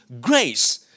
grace